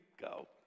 go